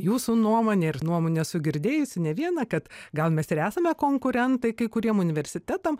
jūsų nuomonė ir nuomonę esu girdėjusi ne vieną kad gal mes ir esame konkurentai kai kuriem universitetam